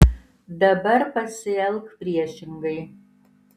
dabar pasielk priešingai